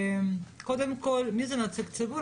קודם כל, מי זה נציג ציבור?